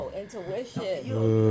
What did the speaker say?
intuition